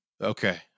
Okay